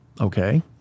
Okay